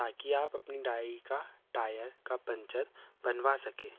ताकि आप अपनी का टायर का पंचर बनवा सकें